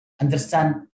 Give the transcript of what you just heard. understand